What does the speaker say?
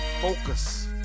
focus